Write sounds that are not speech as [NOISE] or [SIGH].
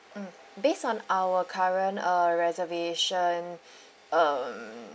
mm based on our current uh reservation [BREATH] um